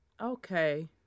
Okay